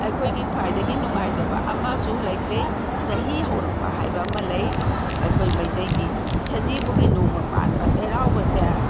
ꯑꯩꯈꯣꯏꯒꯤ ꯈ꯭ꯋꯥꯏꯗꯒꯤ ꯅꯨꯡꯉꯥꯏꯖꯕ ꯑꯃꯁꯨ ꯂꯩꯖꯩ ꯆꯍꯤ ꯍꯧꯔꯛꯄ ꯍꯥꯏꯕ ꯑꯃ ꯂꯩ ꯑꯩꯈꯣꯏ ꯃꯩꯇꯩꯒꯤ ꯁꯖꯤꯕꯨꯒꯤ ꯅꯣꯡꯃ ꯄꯥꯟꯕ ꯆꯩꯔꯥꯎꯕꯁꯦ